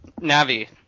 Navi